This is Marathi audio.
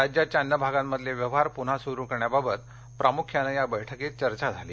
राज्याच्या अन्य भागांमधले व्यवहार पुन्हा सुरु करण्याबाबत प्रामुख्यानं या बैठकीत चर्चा झाली